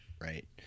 right